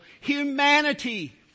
humanity